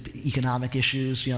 but economic issues. you know,